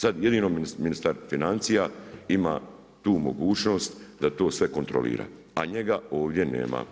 Sad jedino ministar financija ima tu mogućnost da to sve kontrolira a njega ovdje nema.